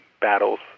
battles